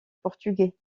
portugais